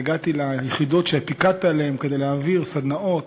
והגעתי ליחידות שפיקדת עליהן כדי להעביר סדנאות